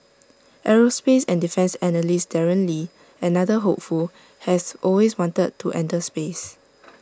aerospace and defence analyst Darren lee another hopeful has always wanted to enter space